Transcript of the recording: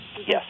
Yes